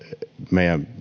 meidän